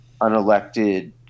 unelected